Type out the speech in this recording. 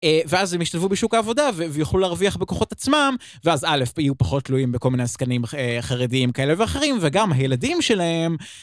ואז הם ישתלבו בשוק העבודה, ויוכלו להרוויח בכוחות עצמם, ואז א', היו פחות תלויים בכל מיני עסקנים חרדיים כאלה ואחרים, וגם הילדים שלהם...